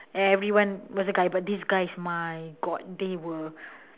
everyone was a guy but these guys my god they were